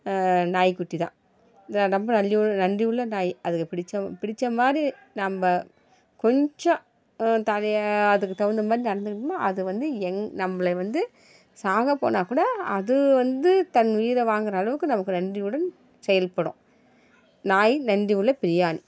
நாய்க்குட்டி தான் த ரொம்ப நல்லியூ நன்றி உள்ள நாய் அதுக்கு பிடித்த பிடித்த மாதிரி நம்ம கொஞ்சம் தலையை அதுக்கு தகுந்த மாதிரி நடந்துக்கிட்டோனா அது வந்து எங் நம்மளை வந்து சாக போனால்க்கூட அது வந்து தன் உயிரை வாங்கிற அளவுக்கு நமக்கு நன்றியுடன் செயல்படும் நாய் நன்றி உள்ள பிராணி